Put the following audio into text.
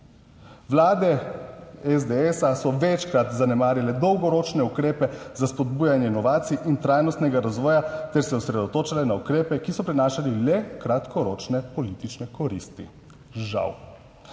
Vlade SDSa so večkrat zanemarile dolgoročne ukrepe za spodbujanje inovacij in trajnostnega razvoja ter se osredotočile na ukrepe, ki so prinašali le kratkoročne politične koristi, žal.